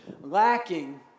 lacking